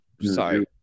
Sorry